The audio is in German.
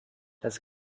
das